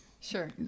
sure